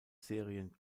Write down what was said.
serien